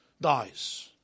dies